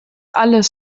alles